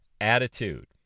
attitude